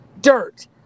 Dirt